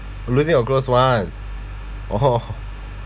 losing your close ones oh